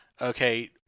okay